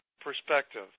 perspective